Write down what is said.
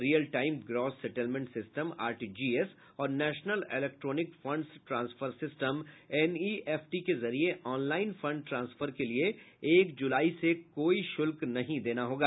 real time gross settlement system RTGS और national electronic funds transfer system NEFT के जरिए online fund transfer के लिए एक जुलाई से कोई शुल्क नहीं देना होगा